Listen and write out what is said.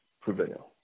prevail